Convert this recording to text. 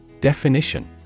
Definition